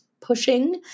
pushing